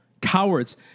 Cowards